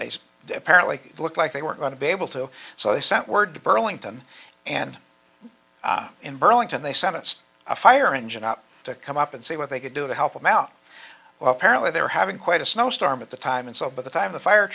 they apparently looked like they were going to be able to so they sent word to burlington and in burlington they sent us a fire engine up to come up and see what they could do to help them out well apparently they were having quite a snowstorm at the time and so by the time the fire